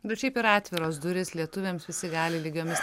bet šiaip yra atviros durys lietuviams visi gali lygiomis